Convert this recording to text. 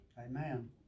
Amen